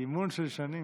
אימון של שנים.